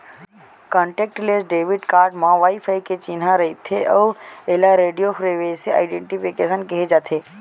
contactless debit card म wifi के चिन्हा रहिथे अउ एला रेडियो फ्रिवेंसी आइडेंटिफिकेसन केहे जाथे